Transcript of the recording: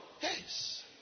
Yes